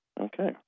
Okay